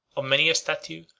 of many a statue,